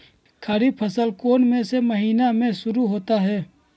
खरीफ फसल कौन में से महीने से शुरू होता है?